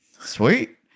Sweet